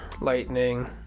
lightning